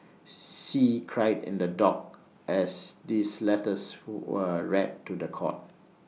see cried in the dock as these letters were read to The Court